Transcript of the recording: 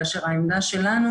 כאשר העמדה שלנו